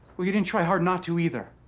well, you didn't try hard not to, either.